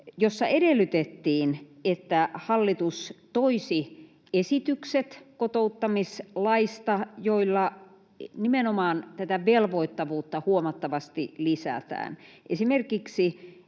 jossa edellytettiin, että hallitus toisi esitykset kotouttamislaista, joilla nimenomaan tätä velvoittavuutta huomattavasti lisätään, ja